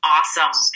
awesome